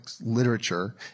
literature